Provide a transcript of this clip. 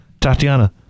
Tatiana